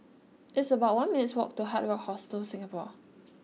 it's about one minutes' walk to Hard Rock Hostel Singapore